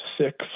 six